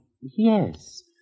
yes